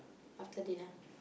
after dinner